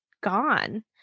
gone